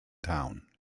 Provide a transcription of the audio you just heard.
town